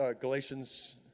Galatians